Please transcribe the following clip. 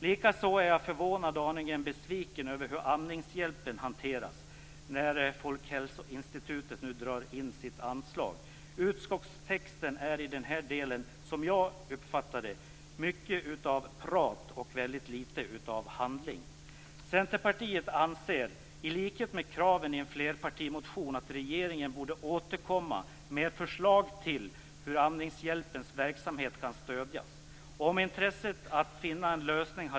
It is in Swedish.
Likaså är jag förvånad och aningen besviken över hur Amningshjälpen hanteras, nu när Folkhälsoinstitutet drar in sitt anslag. Utskottstexten är i den här delen, som jag uppfattar det, mycket prat och väldigt lite handling. Centerpartiet anser, i likhet med kraven i en flerpartimotion, att regeringen borde återkomma med förslag till hur Amningshjälpens verksamhet kan stödjas.